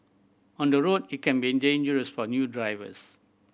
on the road it can be dangerous for new drivers